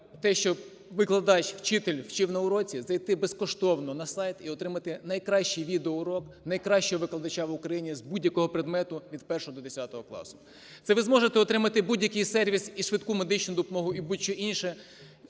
те, що викладач, вчитель вчив на уроці, зайти безкоштовно на сайт і отримати найкращий відеоурок найкращого викладача в Україні з будь-якого предмету від 1 до 10 класу. Це ви зможете отримати будь-який сервіс і швидку медичну допомогу і будь-що інше,